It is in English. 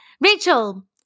Rachel